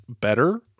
better